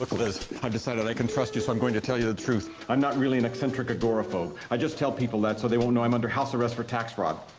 liz, i've decided i can trust you, so i'm going to tell you the truth. i'm not really an eccentric agoraphobe, i just tell people that so they won't know i'm under house arrest for tax fraud.